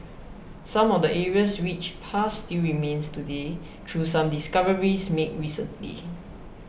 some of the area's rich past still remains today through some discoveries made recently